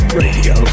radio